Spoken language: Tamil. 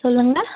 சொல்லுங்க